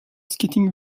skating